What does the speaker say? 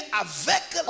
avec